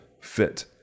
fit